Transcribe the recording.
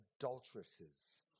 adulteresses